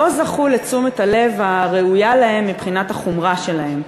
הם לא זכו לתשומת הלב הראויה להם מבחינת החומרה שלהם,